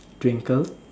twinkle